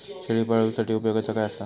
शेळीपाळूसाठी उपयोगाचा काय असा?